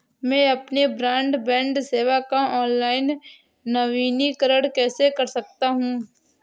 मैं अपनी ब्रॉडबैंड सेवा का ऑनलाइन नवीनीकरण कैसे कर सकता हूं?